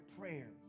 prayer